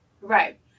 Right